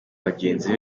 bagenzi